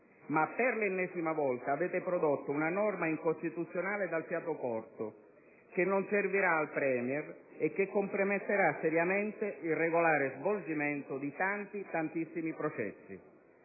ma per l'ennesima volta avete prodotto una norma incostituzionale dal fiato corto che non servirà al *Premier* e che comprometterà seriamente il regolare svolgimento di tanti, tantissimi processi.